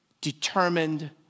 determined